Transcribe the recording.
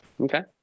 okay